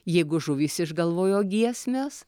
jeigu žuvys išgalvojo giesmes